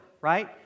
right